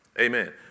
Amen